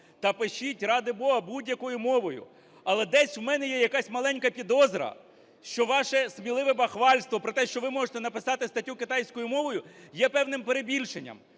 Та пишіть, ради Бога, будь-якою мовою. Але десь у мене є якась маленька підозра, що ваше сміливебахвальство про те, що ви можете написати статтю китайською мовою є певним перебільшенням.